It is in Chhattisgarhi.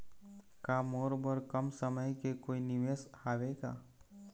का मोर बर कम समय के कोई निवेश हावे का?